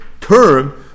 term